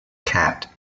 cat